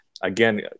again